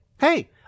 hey